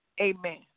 amen